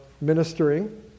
ministering